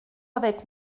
avec